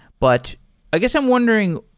but i guess i'm wondering,